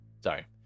Sorry